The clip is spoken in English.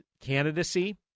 candidacy